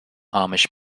amish